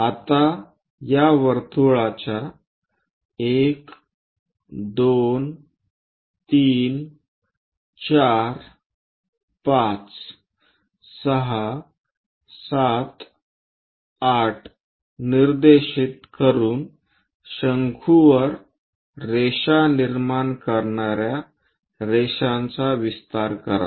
आता या वर्तुळाच्या 1 2 3 4 5 6 7 8 निर्देशित करून शंकूवर रेषा निर्माण करणार्या रेषांचा विस्तार करा